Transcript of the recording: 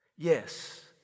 Yes